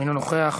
אינו נוכח.